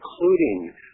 including